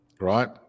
right